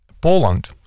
Poland